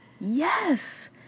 Yes